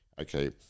okay